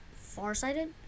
Farsighted